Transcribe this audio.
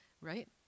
right